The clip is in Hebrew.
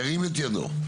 ירים את ידו.